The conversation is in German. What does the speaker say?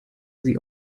sie